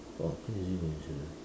about crazy coincident